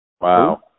Wow